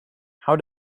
how